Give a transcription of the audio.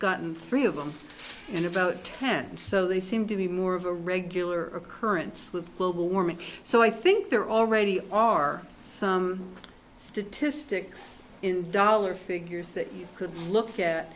gotten three of them in about ten so they seem to be more of a regular occurrence with global warming so i think there already are some statistics in dollar figures that you could look at